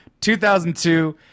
2002